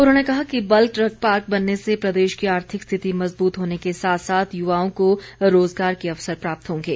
उन्होंने कहा कि बल्क ड्रग पार्क बनने से प्रदेश की आर्थिक स्थिति मजबूत होने के साथ साथ युवाओं को रोजगार के अवसर प्राप्त होंगे